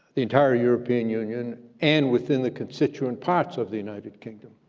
the entire european union, and within the constituent parts of the united kingdom,